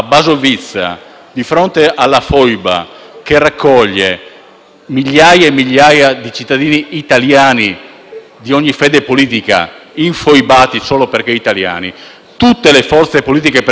migliaia e migliaia di cittadini italiani di ogni fede politica, infoibati solo perché italiani, tutte le forze politiche presenti (ed erano presenti tutte le forze politiche) hanno detto